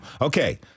Okay